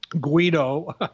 Guido